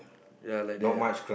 ya like that ah